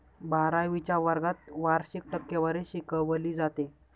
बारावीच्या वर्गात वार्षिक टक्केवारी शिकवली जाते